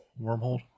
Wormhole